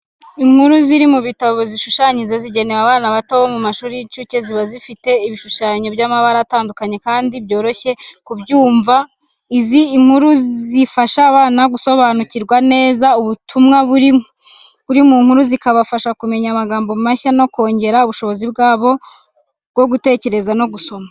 Inkuru ziri mu bitabo zishushanyije zigenewe abana bo mu mashuri y'incuke, ziba zifite ibishushanyo by'amabara atandukanye, kandi byoroshye kubyumva. Izi nkuru zifasha abana gusobanukirwa neza ubutumwa buri mu nkuru, zikabafasha kumenya amagambo mashya no kongera ubushobozi bwabo bwo gutekereza no gusoma.